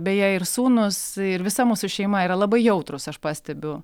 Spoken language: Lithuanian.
beje ir sūnūs ir visa mūsų šeima yra labai jautrūs aš pastebiu